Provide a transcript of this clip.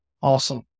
Awesome